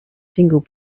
single